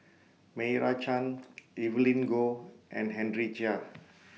Meira Chand Evelyn Goh and Henry Chia